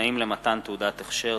תנאים למתן תעודת הכשר),